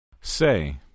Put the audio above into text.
Say